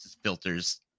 filters